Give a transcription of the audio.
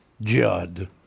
Judd